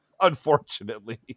unfortunately